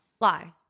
Lie